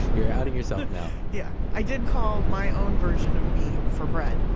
you're outing yourself now yeah. i did call my own version of me for bread,